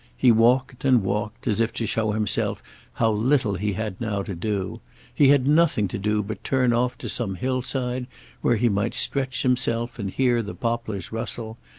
he walked and walked as if to show himself how little he had now to do he had nothing to do but turn off to some hillside where he might stretch himself and hear the poplars rustle,